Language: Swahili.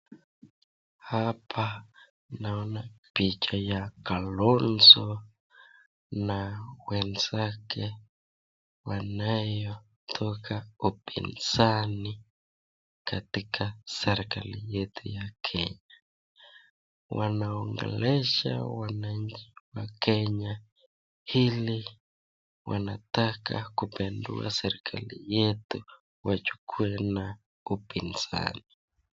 Hapa naona picha ya Kalonzo na mwenzake wanayotoka upinzani katika serikali yetu ya Kenya. Wanaongelesha wananchoi wakenya hili wanataka kupindua serikali yetu wachukue na upinzani.